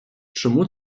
чому